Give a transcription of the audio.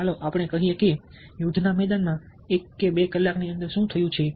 ચાલો આપણે કહીએ કે યુદ્ધના મેદાનમાં એક કે 2 કલાકની અંદર શું થયું છે